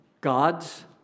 God's